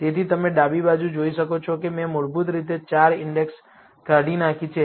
તેથી તમે ડાબી બાજુ જોઈ શકો છો કે મેં મૂળભૂત રીતે 4 ઈન્ડેક્સ કાઢી નાખી છે